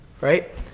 right